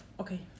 okay